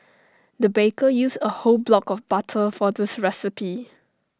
the baker used A whole block of butter for this recipe